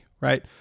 right